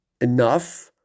enough